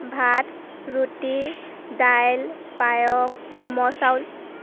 ভাত ৰুটি দাইল পায়স কোমল চাউল